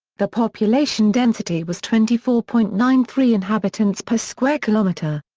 the population density was twenty four point nine three inhabitants per square kilometre.